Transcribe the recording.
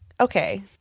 okay